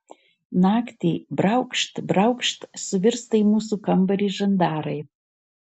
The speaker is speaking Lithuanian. naktį braukšt braukšt suvirsta į mūsų kambarį žandarai